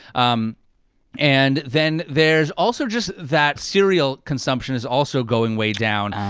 um and then there's also just that cereal consumption is also going way down. oh.